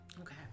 Okay